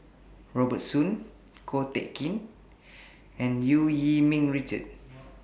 Robert Soon Ko Teck Kin and EU Yee Ming Richard